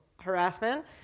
harassment